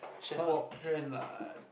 not lah